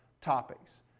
topics